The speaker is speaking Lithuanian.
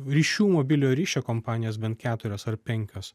ryšių mobiliojo ryšio kompanijos bent keturios ar penkios